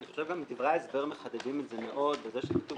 אני חושב שגם דברי ההסבר מחדדים את זה מאוד בזה שכתוב